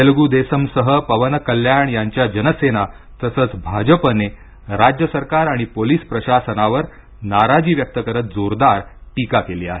तेलुगु देसम सह पवन कल्याण यांच्या जनसेना तसच भाजपने राज्य सरकार आणि पोलीस प्रशासनावर नाराजी व्यक्त करत जोरदार टीका केली आहे